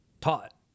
taught